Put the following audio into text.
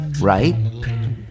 right